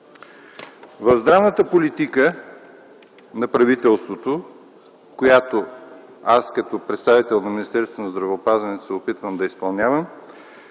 В здравната политика на правителството, която аз, като представител на Министерството на здравеопазването се опитвам да изпълнявам,